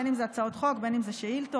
בין אם אלה הצעות חוק ובין אלה שאילתות.